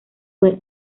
fue